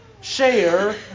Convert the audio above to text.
share